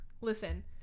Listen